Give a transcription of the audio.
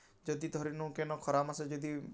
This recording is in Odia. ଯଦି ଧରିନେଉଁ କେନ ଖରା ମାସେ ଯଦି